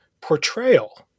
portrayal